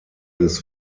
des